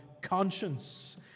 conscience